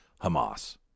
Hamas